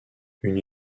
une